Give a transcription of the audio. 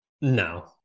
No